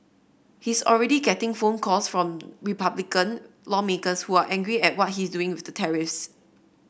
he's already getting phone calls from Republican lawmakers who are angry at what he doing with tariffs